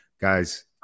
guys